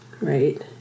right